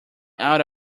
out